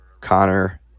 Connor